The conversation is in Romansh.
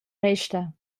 resta